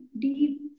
deep